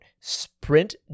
sprint